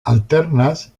alternas